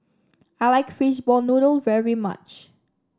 I like Fishball Noodle very much